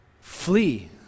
flee